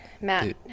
Matt